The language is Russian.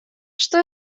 что